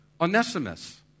Onesimus